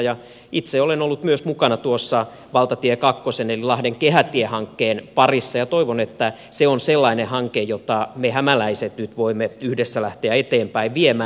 myös itse olen ollut mukana valtatie kakkosen eli lahden kehätie hankkeen parissa ja toivon että se on sellainen hanke jota me hämäläiset nyt voimme yhdessä lähteä eteenpäin viemään